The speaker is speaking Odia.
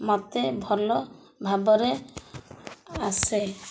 ମୋତେ ଭଲ ଭାବରେ ଆସେ